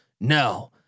No